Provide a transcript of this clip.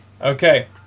Okay